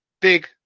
big